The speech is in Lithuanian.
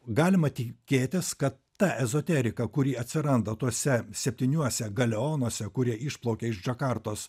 galima tikėtis kad ta ezoterika kuri atsiranda tuose septyniuose galionuose kurie išplaukia iš džakartos